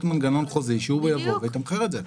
מנגנון חוזי שהוא יבוא ויתמחר את זה.